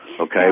Okay